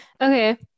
okay